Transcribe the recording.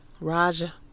Raja